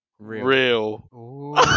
Real